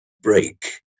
break